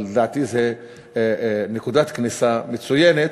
אבל לדעתי זו נקודת כניסה מצוינת.